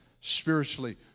spiritually